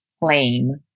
claim